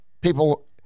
people